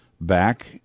Back